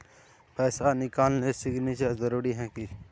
पैसा निकालने सिग्नेचर जरुरी है की?